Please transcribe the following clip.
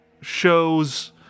shows